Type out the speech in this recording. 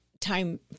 time